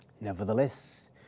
Nevertheless